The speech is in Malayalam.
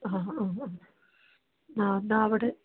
ആ ആ ആ ആ എന്നാൽ അവിടെ